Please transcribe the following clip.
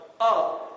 up